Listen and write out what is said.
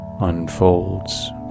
unfolds